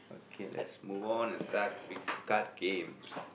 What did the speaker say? kay let's move on let's start this card game